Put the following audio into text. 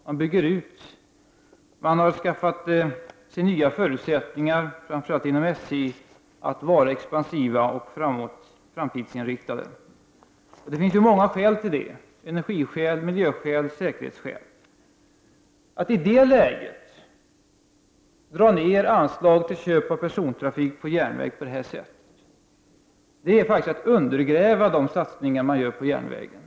Man bygger ut verksamheten, och framför allt inom SJ har det skaffats nya förutsätt ningar att vara expansiva och framtidsinriktade. Det finns många skäl till detta: energiskäl, miljöskäl och säkerhetsskäl. Att i det läget dra ner anslag till köp av persontrafik på järnväg på det här sättet är ju faktiskt detsamma som att undergräva de satsningar man gör på järnvägen.